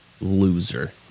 loser